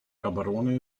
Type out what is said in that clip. gaborone